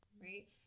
right